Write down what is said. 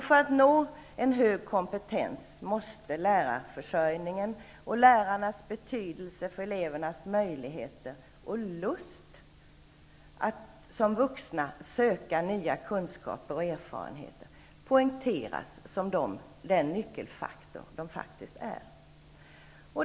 För att nå en hög kompetens måste lärarförsörjningen och lärarnas betydelse för elevernas möjligheter och lust att som vuxna söka nya kunskaper och erfarenheter poängteras som de nyckelfaktorer de faktiskt är.